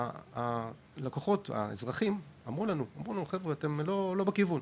הלקוחות, האזרחים, אמרו לנו שאנחנו לא בכיוון.